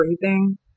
breathing